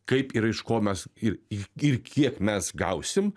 kaip ir iš ko mes ir ir ir kiek mes gausim